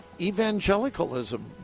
evangelicalism